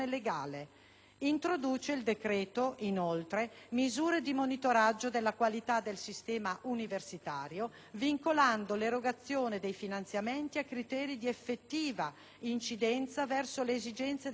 Introduce, inoltre, misure di monitoraggio della qualità del sistema universitario, vincolando l'erogazione dei finanziamenti a criteri di effettiva incidenza verso le esigenze della società